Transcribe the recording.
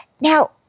Now